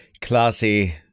classy